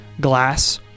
glass